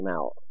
out